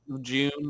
June